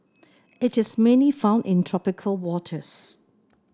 it is mainly found in tropical waters